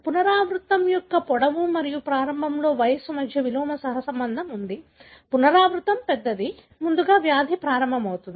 పునరావృతం యొక్క పొడవు మరియు ప్రారంభంలో వయస్సు మధ్య విలోమ సహసంబంధం ఉంది పునరావృతం పెద్దది ముందుగా వ్యాధి ప్రారంభమవుతుంది